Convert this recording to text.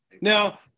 Now